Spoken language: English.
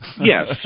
Yes